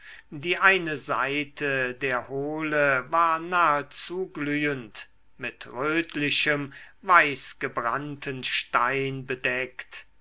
die eine seite der hohle war nahezu glühend mit rötlichem weißgebrannten stein bedeckt